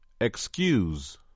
excuse